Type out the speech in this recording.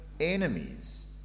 enemies